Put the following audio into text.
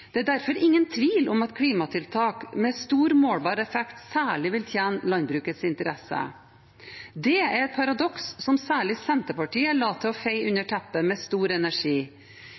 Det er derfor ingen tvil om at klimatiltak med stor målbar effekt særlig vil tjene landbrukets interesser. Det er et paradoks som særlig Senterpartiet later til å feie under teppet, med stor energi.